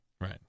Right